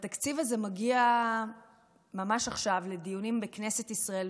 התקציב הזה מגיע ממש עכשיו לדיונים בכנסת ישראל,